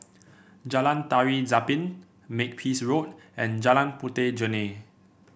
Jalan Tari Zapin Makepeace Road and Jalan Puteh Jerneh